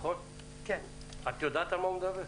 את יודעת על מה הוא מדבר?